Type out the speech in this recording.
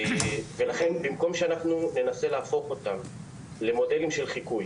במקום שננסה להפוך אותם למודלים לחיקוי